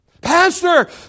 Pastor